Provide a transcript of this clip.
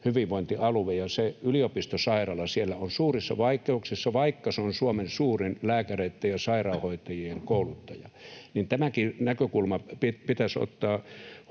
hyvinvointialue ja se yliopistosairaala siellä on suurissa vaikeuksissa, vaikka se on Suomen suurin lääkäreitten ja sairaanhoitajien kouluttaja. Tämäkin näkökulma pitäisi ottaa huomioon.